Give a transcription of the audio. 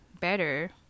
better